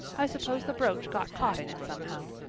i suppose the brooch got caught in it somehow.